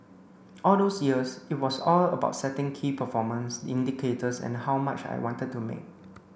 all those years it was all about setting key performance indicators and how much I wanted to make